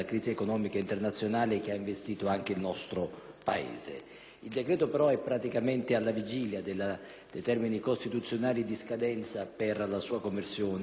Il decreto però è praticamente alla vigilia dei termini costituzionali di scadenza per la sua conversione in legge che, com'è noto, cadono il prossimo 28 gennaio.